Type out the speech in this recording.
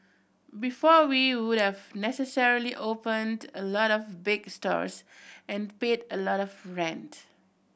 before we would have necessarily opened a lot of big stores and paid a lot of rent